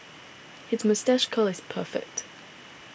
his moustache curl is perfect